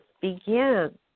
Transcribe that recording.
begin